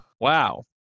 Wow